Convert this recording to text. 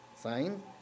sign